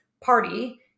party